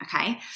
Okay